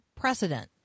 precedent